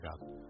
God